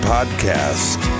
Podcast